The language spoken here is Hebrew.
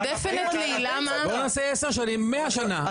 בואו נעשה 10 שנים, 100 שנה.